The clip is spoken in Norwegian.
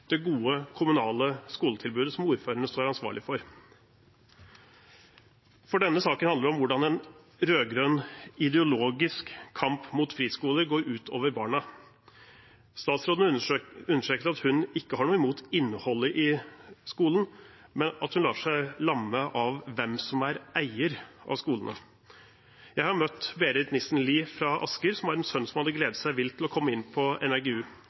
det gode kommunale skoletilbudet som ordførerne står ansvarlig for. For denne saken handler om hvordan en rød-grønn ideologisk kamp mot friskoler går ut over barna. Statsråden understreket at hun ikke har noe imot innholdet i skolen, men at hun lar seg lamme av hvem som er eier av skolene. Jeg har møtt Berit Nissen-Lie fra Asker, som har en sønn som hadde gledet seg vilt til å komme inn på